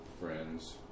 friends